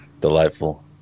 Delightful